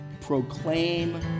proclaim